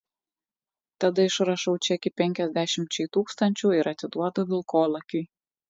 tada išrašau čekį penkiasdešimčiai tūkstančių ir atiduodu vilkolakiui